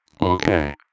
Okay